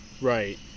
Right